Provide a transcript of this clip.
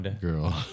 girl